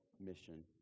mission